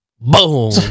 boom